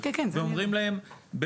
ואומרים להם,